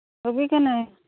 ᱨᱩᱜᱤ ᱠᱟᱹᱱᱟᱹᱧ